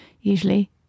usually